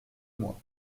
moi